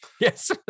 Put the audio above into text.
Yes